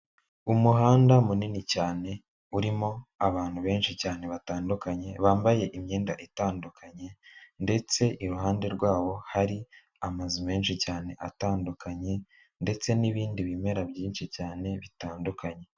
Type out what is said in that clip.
Umuhanda munini cyane urimo abantu benshi cyane batandukanye bambaye imyenda itandukanye, ndetse iruhande rwaho hari amazu menshi cyane atandukanye ndetse n'ibindi bimera byinshi cyane bitandukanye.